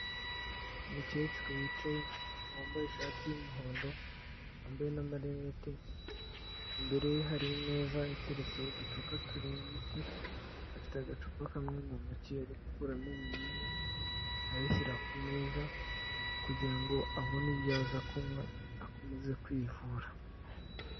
Umukecuru wicaye, wambaye ishati y'umuhondo, wambaye na marinete, imbere ye hari imeza iteretseho uducupa turimo imiti, afite agacupa kamwe mu ntoki, ari gukuramo ibinini abishyira ku meza, kugira ngo abone ibyo aza kunywa akomeze kwivura.